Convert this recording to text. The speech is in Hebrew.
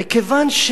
מכיוון,